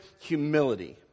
humility